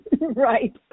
Right